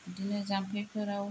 बिदिनो जाम्फैफोराव